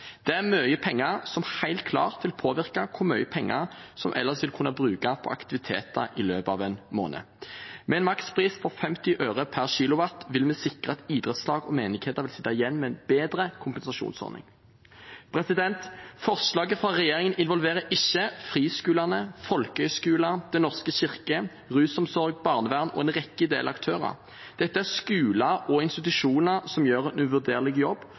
Det er mye penger som helt klart vil påvirke hvor mye de ellers vil kunne bruke på aktiviteter i løpet av en måned. Med en makspris på 50 øre per kilowattime vil vi sikre at idrettslag og menigheter vil sitte igjen med en bedre kompensasjonsordning. Forslaget fra regjeringen involverer ikke friskolene, folkehøyskoler, Den norske kirke, rusomsorg, barnevern og en rekke ideelle aktører. Dette er skoler og institusjoner som gjør en uvurderlig jobb,